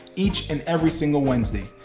each and every single wednesday.